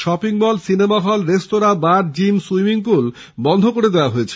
shopping mall cinema hall রেস্তোঁরা bar gym swimming pool বন্ধ করে দেওয়া হয়েছে